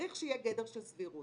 צריך שיהיה גדר של סבירות.